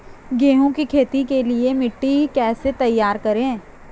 गेहूँ की खेती के लिए मिट्टी कैसे तैयार करें?